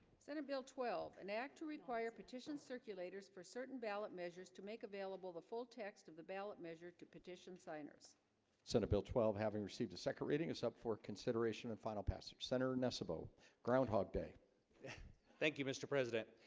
senate bill twelve an act to require petition circulators for certain ballot measures to make available the full text of the ballot measure to petition signers senate bill twelve having received a sec rating is up for consideration and final passage senator, nessa bow groundhog day thank you mr. president